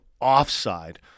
offside